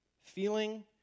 Feeling